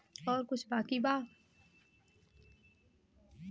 और कुछ बाकी बा?